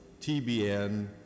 TBN